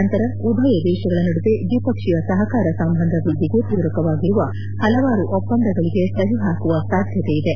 ನಂತರ ಉಭಯ ದೇಶಗಳ ನಡುವೆ ದ್ವಿಪಕ್ಷೀಯ ಸಹಕಾರ ಸಂಬಂಧ ವ್ಬದ್ದಿಗೆ ಪೂರಕವಾಗಿರುವ ಹಲವಾರು ಒಪ್ಪಂದಗಳಿಗೆ ಸಹಿ ಹಾಕುವ ಸಾಧ್ಯತೆ ಇದೆ